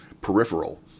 peripheral